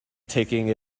taking